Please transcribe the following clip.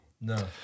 No